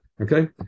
Okay